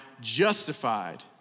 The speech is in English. justified